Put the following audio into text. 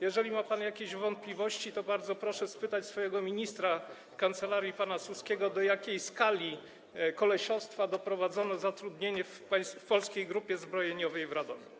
Jeżeli ma pan jakieś wątpliwości, to bardzo proszę zapytać swojego ministra w kancelarii, pana Suskiego, do jakiej skali kolesiostwa doprowadzono zatrudnienie w Polskiej Grupie Zbrojeniowej w Radomiu.